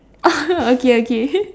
okay okay